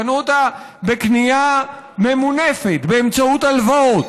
קנו אותה בקנייה ממונפת, באמצעות הלוואות.